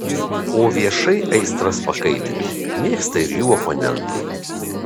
o viešai aistras pakaitinti mėgsta ir jų oponentai